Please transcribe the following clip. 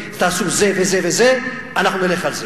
ותעשו זה וזה זה, אנחנו נלך על זה.